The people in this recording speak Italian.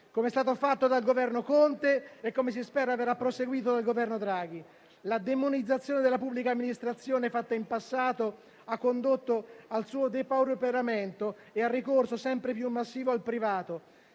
come è stato fatto dal Governo Conte e come si spera verrà proseguito dal Governo Draghi. La demonizzazione della pubblica amministrazione fatta in passato ha condotto al suo depauperamento e al ricorso sempre più massivo al privato.